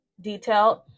detailed